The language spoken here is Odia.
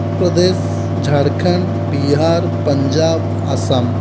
ପ୍ରଦେଶ ଝାଡ଼ଖଣ୍ଡ ବିହାର ପଞ୍ଜାବ ଆସାମ